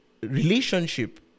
relationship